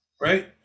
right